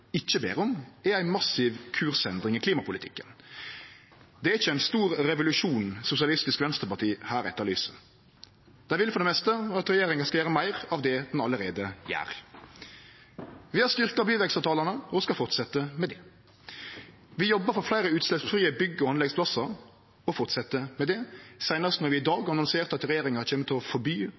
ikkje ber om, er ei massiv kursendring i klimapolitikken. Det er ingen stor revolusjon Sosialistisk Venstreparti her etterlyser. Dei vil for det meste at regjeringa skal gjere meir av det vi allereie gjer. Vi har styrkt byvekstavtalane – og skal fortsetje med det. Vi jobbar for fleire utsleppsfrie bygge- og anleggsplassar – og fortset med det, seinast då vi i dag annonserte at regjeringa kjem til å forby